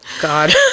god